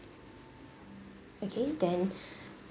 okay then